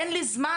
אין לי זמן.